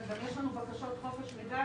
גם יש לנו בקשות חופש מידע,